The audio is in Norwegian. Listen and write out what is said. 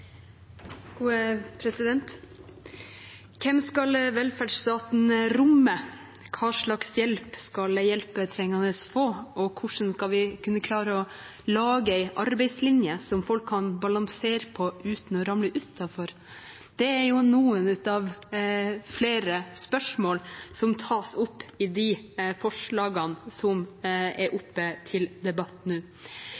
Hvem skal velferdsstaten romme? Hva slags hjelp skal hjelpetrengende få? Og hvordan skal vi kunne klare å lage en arbeidslinje som folk kan balansere på uten å ramle utenfor? Det er noen av flere spørsmål som tas opp i de forslagene som er